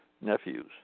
nephews